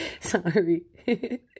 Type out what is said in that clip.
Sorry